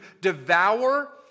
devour